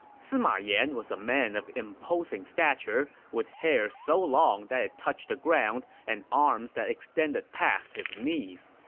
sima yan was a man of imposing stature, with hair so long that it touched the ground and arms that extended past his knees.